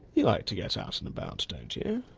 you like to get out and about, don't you?